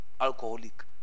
alcoholic